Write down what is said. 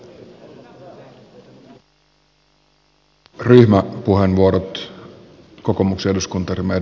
arvoisa herra puhemies